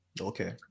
okay